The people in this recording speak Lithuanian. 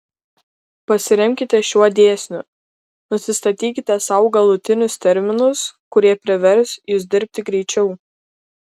pasiremkite šiuo dėsniu nusistatykite sau galutinius terminus kurie privers jus dirbti greičiau